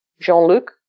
Jean-Luc